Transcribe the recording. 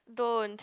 don't